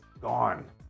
gone